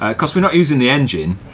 ah because we're not using the engine,